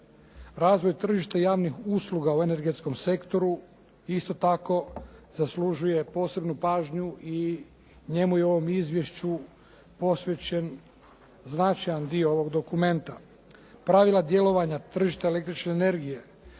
Razvoj tržišta javnih usluga u energetskom sektoru isto tako zaslužuje posebnu pažnju i njemu je u ovom izvješću posvećen značajan dio ovog dokumenta. Pravila djelovanja tržišta električne energije,